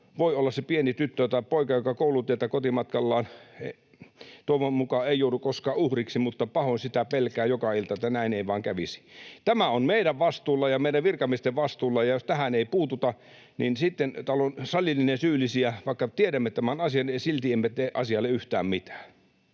voi olla se pieni tyttö tai poika, joka koulutiellä kotimatkallaan... Toivon mukaan ei joudu koskaan uhriksi, mutta pahoin sitä pelkään joka ilta, että näin ei vain kävisi. Tämä on meidän vastuullamme ja meidän virkamiesten vastuulla, ja jos tähän ei puututa, niin sitten täällä on salillinen syyllisiä. Vaikka tiedämme tämän asian, niin silti emme tee asialle yhtään mitään.